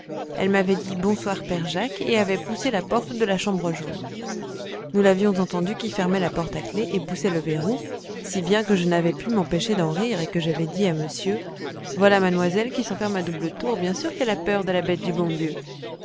dit bonsoir père jacques et avait poussé la porte de la chambre jaune nous l'avions entendue qui fermait la porte à clef et poussait le verrou si bien que je n'avais pu m'empêcher d'en rire et que j'avais dit à monsieur voilà mademoiselle qui s'enferme à double tour bien sûr qu'elle a peur de la bête du bon bien